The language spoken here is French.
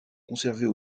conservées